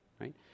right